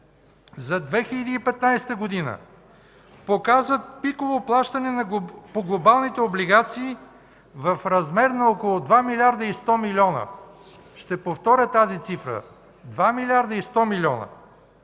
за 2015 г. показват пиково плащане по глобалните облигации в размер на около 2 млрд. 100 милиона. Ще повторя тази цифра: 2 млрд. 100 милиона,